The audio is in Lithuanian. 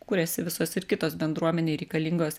kūrėsi visos ir kitos bendruomenei reikalingos